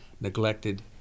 neglected